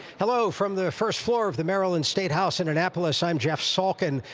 hello from the first floor of the maryland state house in nap list. i'm jeff salkin.